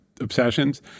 obsessions